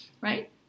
right